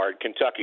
Kentucky